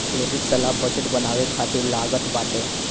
credit सलाह budget बनावे खातिर लागत बाटे